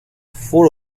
four